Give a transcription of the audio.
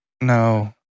No